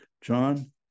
John